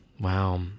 Wow